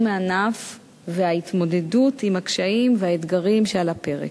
הענף וההתמודדות עם הקשיים והאתגרים שעל הפרק.